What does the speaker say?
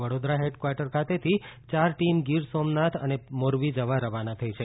Vadodara headquarter ખાતેથી યાર team Gir Somnath અને મોરબી જવા રવાના થઇ છે